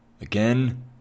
again